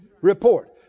report